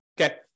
Okay